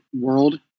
world